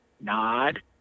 nod